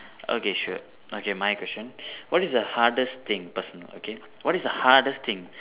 okay sure okay my question what is the hardest thing personal okay what is the hardest thing